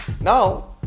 Now